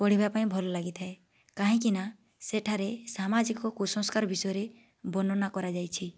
ପଢ଼ିବା ପାଇଁ ଭଲ ଲାଗିଥାଏ କାହିଁକି ନା ସେଠାରେ ସାମାଜିକ କୁସଂସ୍କାର ବିଷୟରେ ବର୍ଣ୍ଣନା କରାଯାଇଛି